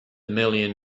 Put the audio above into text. million